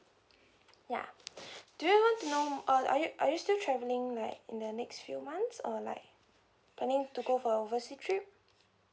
ya do you want to know uh are you are you still traveling like in the next few months or like planning to go for overseas trip